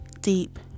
deep